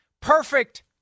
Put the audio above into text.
Perfect